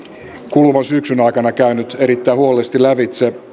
kuluvan syksyn aikana käynyt erittäin huolellisesti lävitse